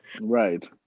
Right